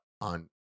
on